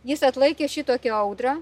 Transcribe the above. jis atlaikė šitokią audrą